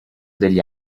degli